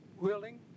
willing